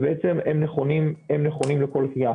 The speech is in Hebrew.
ובעצם הם נכונים לכל קריאה.